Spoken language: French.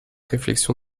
réflexion